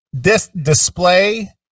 display